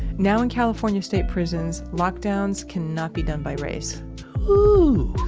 now in california state prisons, lockdowns cannot be done by race whew.